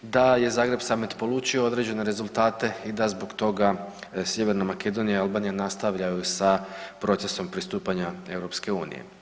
Da je Zagreb summit polučio određene rezultate i da zbog toga Sjeverna Makedonija i Albanija nastavljaju sa procesom pristupanja EU.